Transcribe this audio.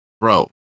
bro